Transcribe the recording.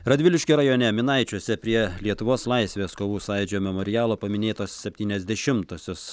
radviliškio rajone minaičiuose prie lietuvos laisvės kovų sąjūdžio memorialo paminėtos septyniasdešimtosios